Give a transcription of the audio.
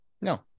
no